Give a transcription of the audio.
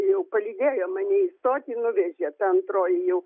jau palydėjo mane į stotį nuvežė ta antroji jau